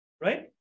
Right